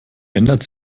ändert